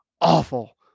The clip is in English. awful